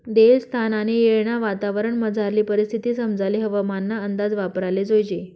देयेल स्थान आणि येळना वातावरणमझारली परिस्थिती समजाले हवामानना अंदाज वापराले जोयजे